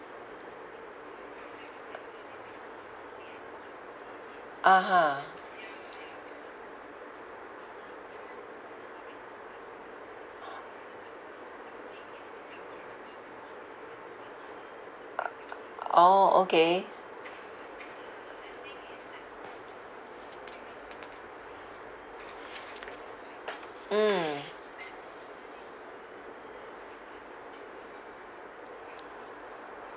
(uh huh) orh okay mm